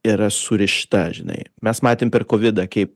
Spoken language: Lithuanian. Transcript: yra surišta žinai mes matėm per kovidą kaip